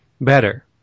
better